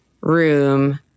room